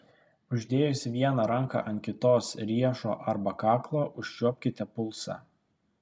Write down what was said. uždėjusi vieną ranką ant kitos riešo arba kaklo užčiuopkite pulsą